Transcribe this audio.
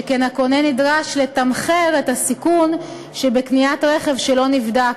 שכן הקונה נדרש לתמחר את הסיכון שבקניית רכב שלא נבדק.